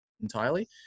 entirely